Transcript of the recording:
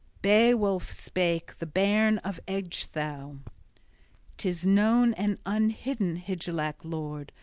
beowulf spake, the bairn of ecgtheow tis known and unhidden, hygelac lord,